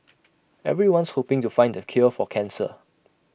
everyone's hoping to find the cure for cancer